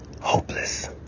hopeless